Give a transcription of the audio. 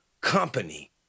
company